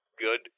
good